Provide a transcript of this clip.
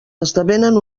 esdevenen